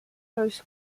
both